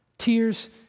Tears